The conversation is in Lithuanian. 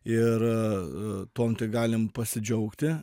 ir tuom tik galim pasidžiaugti